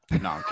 no